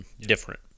different